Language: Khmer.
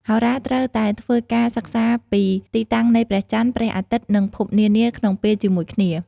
ហោរាត្រូវតែធ្វើការសិក្សាពីទីតាំងនៃព្រះចន្ទ ព្រះអាទិត្យ និងភពនានាក្នុងពេលជាមួយគ្នា។